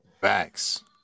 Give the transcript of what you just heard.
Facts